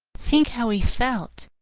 think how he felt!